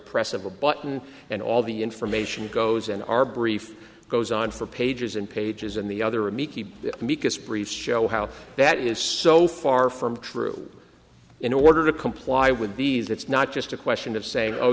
press of a button and all the information goes in our brief goes on for pages and pages and the other miki amicus briefs show how that is so far from true in order to comply with these it's not just a question of saying oh